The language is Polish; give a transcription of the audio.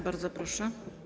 Bardzo proszę.